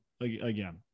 again